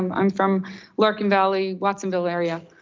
um i'm from larkin valley, watsonville area.